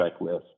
checklist